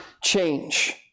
change